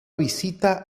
visita